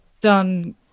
done